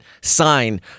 sign